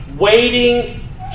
waiting